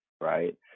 right